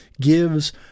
gives